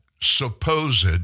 supposed